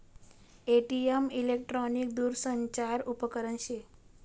ATM electric दूरसंचार उपकरन शे